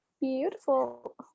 beautiful